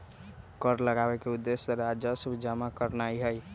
कर लगाबेके उद्देश्य राजस्व जमा करनाइ हइ